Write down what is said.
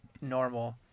normal